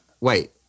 Wait